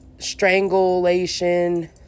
strangulation